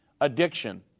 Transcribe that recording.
addiction